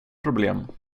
problem